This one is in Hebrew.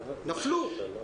נפלו.